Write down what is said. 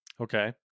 Okay